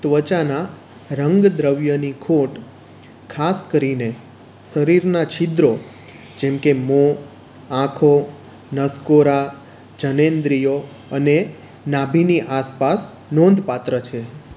ત્વચાનાં રંગદ્રવ્યની ખોટ ખાસ કરીને શરીરનાં છિદ્રો જેમ કે મોં આંખો નસકોરાં જનનેન્દ્રિઓ અને નાભિની આસપાસ નોંધપાત્ર છે